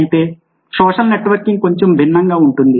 అయితే social networking కొంచెం భిన్నంగా ఉంటుంది